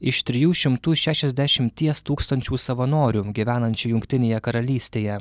iš trijų šimtų šešiasdešimties tūkstančių savanorių gyvenančių jungtinėje karalystėje